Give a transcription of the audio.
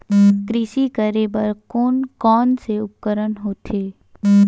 कृषि करेबर कोन कौन से उपकरण होथे?